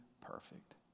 perfect